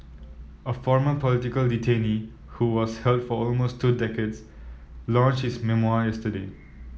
a former political detainee who was held for almost two decades launched his memoir yesterday